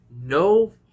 No